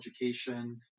education